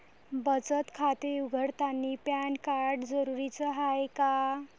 बचत खाते उघडतानी पॅन कार्ड जरुरीच हाय का?